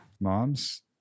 moms